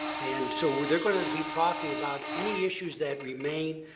and so they're going to be talking about any issues that remain,